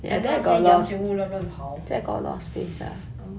then 那些羊全部乱乱跑